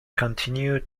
continued